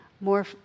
more